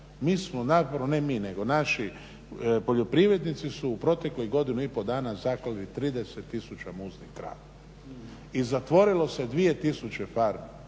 Mi smo, ne mi nego naši poljoprivrednici su u protekloj godinu i pol dana zaklali 30 tisuća muznih krava i zatvorilo se 2000 farmi.